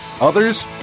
others